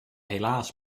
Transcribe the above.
helaas